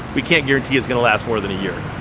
we can't guarantee it's gonna last more than a year.